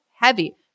heavy